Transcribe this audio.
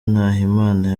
nahimana